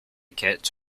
kits